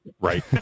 Right